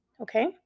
Okay